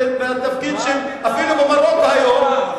אפילו במרוקו היום,